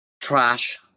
trash